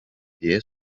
diye